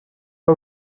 pas